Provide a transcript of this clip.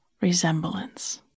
resemblance